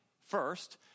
first